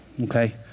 okay